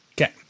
Okay